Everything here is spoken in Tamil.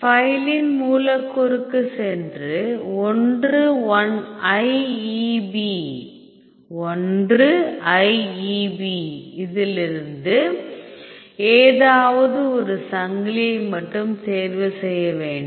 ஃபைலின் மூலக்கூறுக்கு சென்று 1IEB இலிருந்து எதாவது ஒரு சங்கிலியை மட்டும் தேர்வு செய்ய வேண்டும்